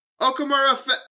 Okamura